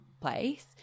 place